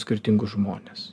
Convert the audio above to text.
skirtingus žmones